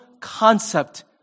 concept